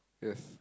yes